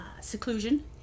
seclusion